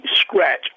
scratch